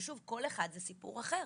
ושוב, כל אחד זה סיפור אחר.